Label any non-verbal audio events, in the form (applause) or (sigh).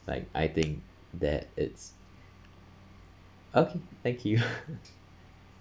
like I think that's it okay thank you (laughs)